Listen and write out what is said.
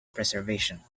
preservation